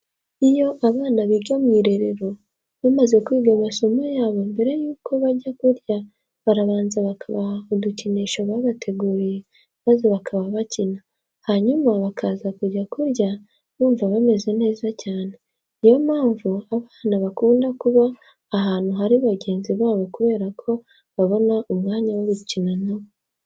Iyo abana biga mu irerero bamaze kwiga amasomo yabo, mbere yuko bajya kurya barabanza bakabaha udukinisho babateguriye maze bakaba bakina, hanyuma bakaza kujya kurya bumva bameze neza cyane. Niyo mpamvu abana bakunda kuba ahantu hari bagenzi babo kubera ko babona umwanya wo gukina na bo.